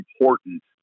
important